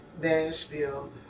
Nashville